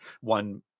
one